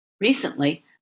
Recently